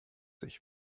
sich